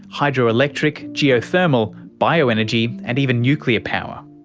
hydroelectric, geothermal, bioenergy and even nuclear power.